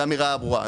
זה אמירה ברורה.